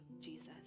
Jesus